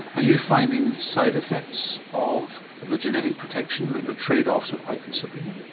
are you finding side effects of the genetic protection that the trade offs are quite considerable?